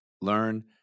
learn